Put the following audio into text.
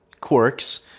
quirks